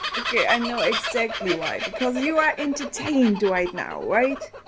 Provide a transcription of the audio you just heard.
okay, i know exactly why because you are entertained right now, right?